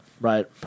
right